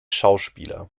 schauspieler